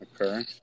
Okay